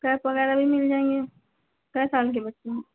press वग़ैरह भी मिल जाएंगे कै साल के बच्चे हैं